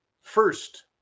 first